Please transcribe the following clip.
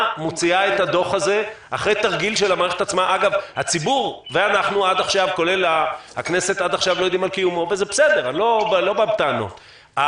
ברגע הזה של הבלבול והווקטורים שנוחתים עליך מכל עבר לפחות הוא